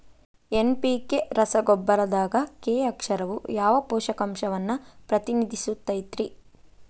NPK ರಸಗೊಬ್ಬರದಾಗ K ಅಕ್ಷರವು ಯಾವ ಪೋಷಕಾಂಶವನ್ನ ಪ್ರತಿನಿಧಿಸುತೈತ್ರಿ?